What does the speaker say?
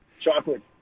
chocolate